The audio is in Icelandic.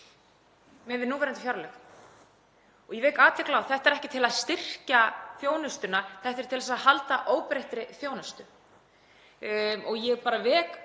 miðað við núverandi fjárlög. Ég vek athygli á að þetta er ekki til að styrkja þjónustuna, þetta er til að halda óbreyttri þjónustu. Ég vek